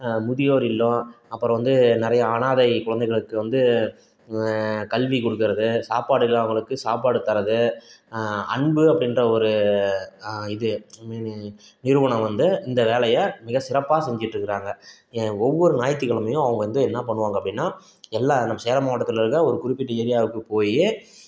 முதியோர் இல்லம் அப்புறோம் வந்து நிறையா அனாதை குழந்தைகளுக்கு வந்து கல்வி கொடுக்கறது சாப்பாடு இல்லாதவங்களுக்கு சாப்பாடு தரது அன்பு அப்படின்ற ஒரு இது நிறுவனம் வந்து இந்த வேலையை மிக சிறப்பாக செஞ்சுட்டிருக்குறாங்க ஏன் ஒவ்வொரு ஞாயித்துக்கெழமையும் அவங்க வந்து என்னா பண்ணுவாங்க அப்படின்னா நம்ம எல்லா சேலம் மாவட்டத்தில் இருக்கற ஒரு குறிப்பிட்ட ஏரியாவுக்கு போய்